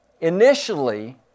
initially